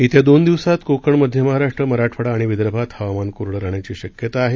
येत्या दोन दिवसात कोकण मध्य महाराष्ट्र मराठवाडा आणि विदर्भात हवामान कोरडं राहण्याची शक्यता आहे